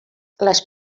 les